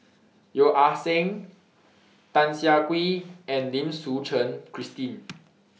Yeo Ah Seng Tan Siah Kwee and Lim Suchen Christine